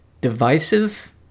divisive